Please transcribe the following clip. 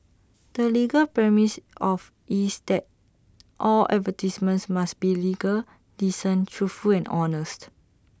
the legal premise of is that all advertisements must be legal decent truthful and honest